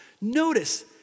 Notice